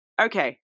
okay